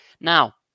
Now